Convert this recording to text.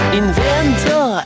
inventor